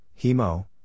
hemo